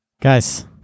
Guys